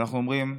ואנחנו אומרים: